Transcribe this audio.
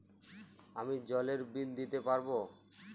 আমি জলের বিল দিতে পারবো?